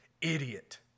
idiot